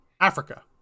Africa